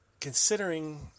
considering